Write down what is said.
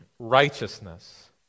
righteousness